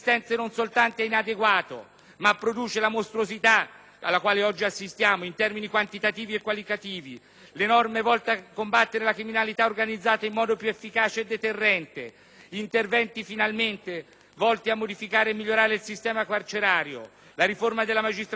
ma produce la mostruosità alla quale oggi si assiste in termini quantitativi e qualitativi; le norme volte a combattere la criminalità organizzata in modo più efficace e deterrente; gli interventi volti finalmente a modificare e migliorare il sistema carcerario; la riforma della magistratura ordinaria e delle professioni.